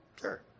Sure